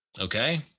Okay